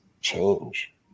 change